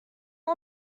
all